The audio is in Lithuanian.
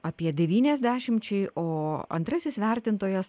apie devyniasdešimčiai o antrasis vertintojas